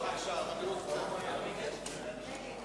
אנחנו עוברים להצבעה.